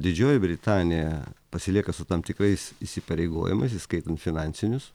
didžioji britanija pasilieka su tam tikrais įsipareigojimais įskaitant finansinius